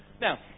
now